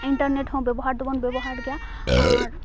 internet ᱦᱚᱸ ᱵᱮᱵᱚᱦᱟᱨ ᱫᱚᱵᱚᱱ ᱵᱮᱵᱚᱦᱟᱨ ᱜᱮᱭᱟ ᱟᱨ